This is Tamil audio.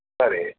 சரி